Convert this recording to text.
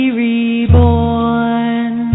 reborn